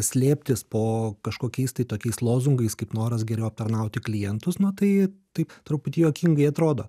slėptis po kažkokiais tai tokiais lozungais kaip noras geriau aptarnauti klientus nu tai taip truputį juokingai atrodo